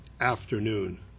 afternoon